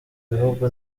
bihugu